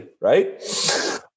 Right